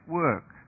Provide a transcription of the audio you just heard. work